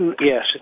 Yes